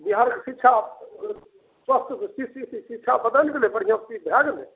बिहारमे शिक्षा शिक्षा बदैलि गेलै बढ़िऑं ठीक भए गेलै